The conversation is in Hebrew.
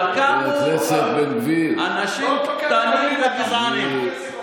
אבל קמו אנשים קטנים וגזענים,